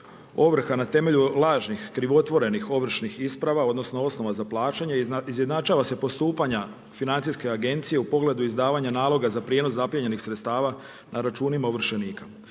ovrha na temelju, lažnih, krivotvorenih ovršnih isprava, odnosno, osnova za plaćanje izjednačava se postupanja financijske agencije u pogledu izdavanja naloga za prijenos zaplijenjenih sredstava na računima ovršenika.